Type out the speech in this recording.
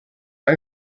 are